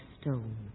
stone